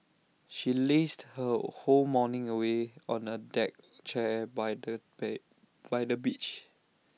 she lazed her whole morning away on A deck chair by the bay by the beach